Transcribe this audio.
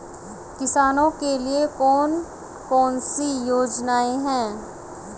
किसानों के लिए कौन कौन सी योजनाएं हैं?